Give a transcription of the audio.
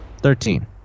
Thirteen